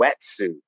wetsuit